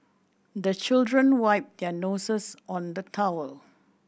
the children wipe their noses on the towel